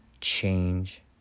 Change